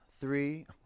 three